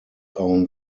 own